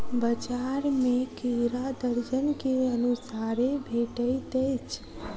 बजार में केरा दर्जन के अनुसारे भेटइत अछि